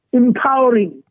empowering